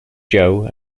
joe